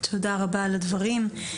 תודה רבה על הדברים.